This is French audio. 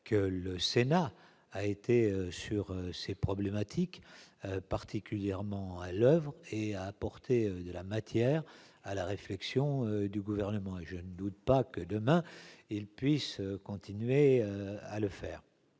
que le Sénat a été, sur ces problématiques, particulièrement à l'oeuvre, en apportant de la matière à la réflexion du Gouvernement. Je ne doute pas qu'il continuera à le faire